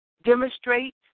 demonstrate